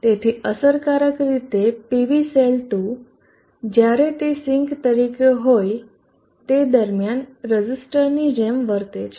તેથી અસરકારક રીતે PV સેલ 2 જ્યારે તે સિંક તરીકે હોય તે દરમિયાન રઝિસ્ટરની જેમ વર્તે છે